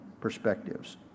perspectives